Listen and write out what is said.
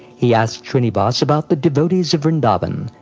he asked shrinivas about the devotees of vrindavan,